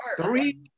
Three